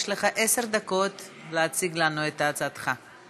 יש לך עשר דקות להציג לנו את הצעתך.